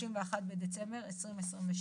(31 בדצמבר 2022)."